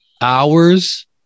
hours